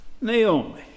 Naomi